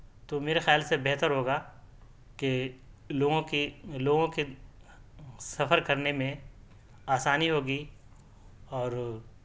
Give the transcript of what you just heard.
تو میرے خیال سے بہتر ہوگا کہ لوگوں کی لوگوں کے سفر کرنے میں آسانی ہوگی اور